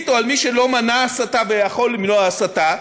או על מי שלא מנע הסתה ויכול היה למנוע הסתה,